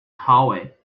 hallway